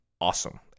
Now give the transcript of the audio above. awesome